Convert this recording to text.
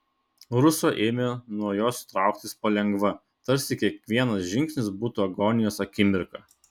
ruso ėmė nuo jos trauktis palengva tarsi kiekvienas žingsnis būtų agonijos akimirka